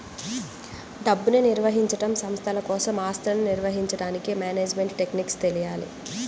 డబ్బుని నిర్వహించడం, సంస్థల కోసం ఆస్తులను నిర్వహించడానికి మేనేజ్మెంట్ టెక్నిక్స్ తెలియాలి